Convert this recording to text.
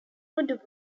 would